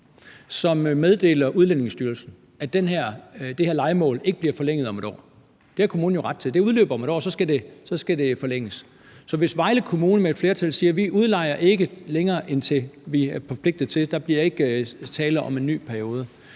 som meddeler Udlændingestyrelsen, at det her lejemål ikke bliver forlænget om et år – det har kommunen jo ret til; det udløber om et år, og så skal det forlænges – og altså siger, at de ikke udlejer længere end til det, de er forpligtet til, og at der ikke bliver tale om en ny periode,